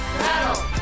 battle